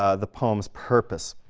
ah the poem's purpose.